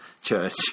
church